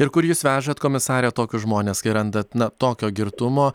ir kur jūs vežat komisare tokius žmones kai randat na tokio girtumo